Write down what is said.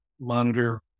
monitor